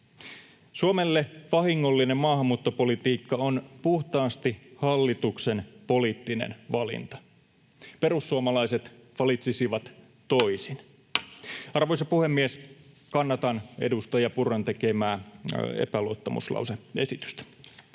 Suomelle vahingollinen maahanmuuttopolitiikka on puhtaasti hallituksen poliittinen valinta. Perussuomalaiset valitsisivat toisin. Arvoisa puhemies! Kannatan edustaja Purran tekemää epäluottamuslause-esitystä.